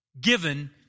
Given